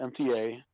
MTA